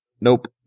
nope